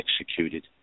executed